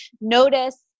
Notice